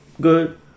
Good